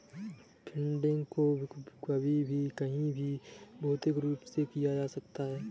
funding को कभी भी कहीं भी भौतिक रूप से किया जा सकता है